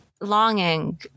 longing